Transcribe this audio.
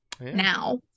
now